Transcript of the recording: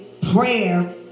prayer